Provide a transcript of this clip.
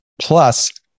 Plus